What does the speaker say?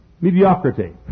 mediocrity